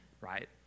right